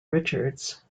richards